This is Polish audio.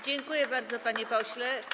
Dziękuję bardzo, panie pośle.